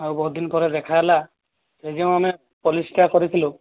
ଆଉ ବହୁତ ଦିନ ପରେ ଦେଖା ହେଲା ଏଇ ଯେଉଁ ଆମେ ପଲିସିଟା କରିଥିଲୁ